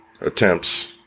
attempts